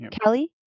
Kelly